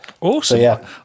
Awesome